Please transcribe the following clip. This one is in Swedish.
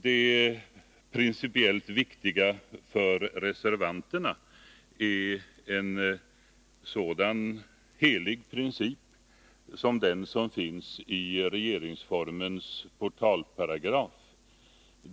Det principiellt viktiga för reservanterna är en sådan helig princip som den som finns i regeringsformens portalparagraf.